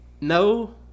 no